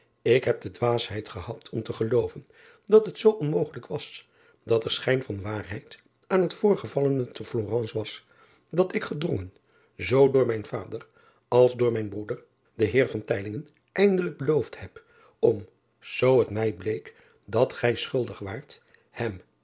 ik heb de dwaasheid gehad om te gelooven dat het zoo onmogelijk was dat er schijn van waarheid aan het voorgevallene te lorence was dat ik gedrongen zoo door mijn vader als door mijn broeder den eer eindelijk beloofd heb om zoo het mij bleek dat gij schuldig waart hem